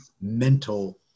mental